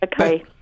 Okay